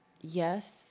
Yes